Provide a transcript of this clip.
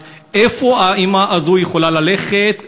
אז לאן האימא הזאת יכולה ללכת,